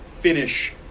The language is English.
finish